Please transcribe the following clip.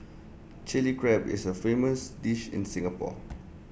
Chilli Crab is A famous dish in Singapore